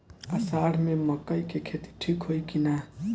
अषाढ़ मे मकई के खेती ठीक होई कि ना?